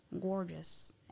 gorgeous